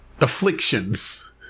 afflictions